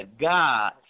God